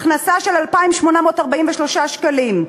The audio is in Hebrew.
הכנסה של 2,843 שקלים,